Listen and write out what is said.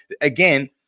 again